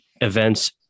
Events